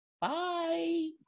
Bye